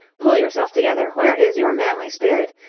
pull yourself together. where is your manly spirit?